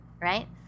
right